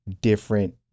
different